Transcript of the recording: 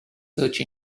search